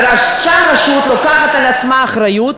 כי שם הרשות לוקחת על עצמה אחריות,